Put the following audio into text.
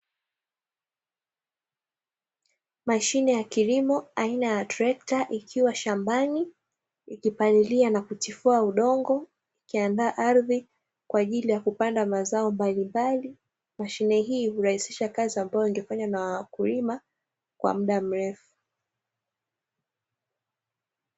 Mashine ya kilimo aina ya trekta ikiwa shambani, ikipalilia na kutifua udongo ikiandaa ardhi kupanda mazao mbali mbali, mashine hii huraisisha kazi ambayo ingefanywa na wakulima kwa muda mrefu.